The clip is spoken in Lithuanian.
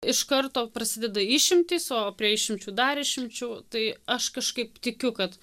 iš karto prasideda išimtys o prie išimčių dar išimčių tai aš kažkaip tikiu kad